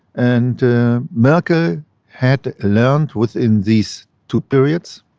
and merkel had learned within these two periods,